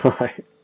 Right